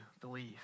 believe